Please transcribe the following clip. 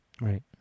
Right